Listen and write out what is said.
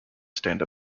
stand